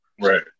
right